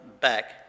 back